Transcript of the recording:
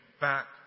back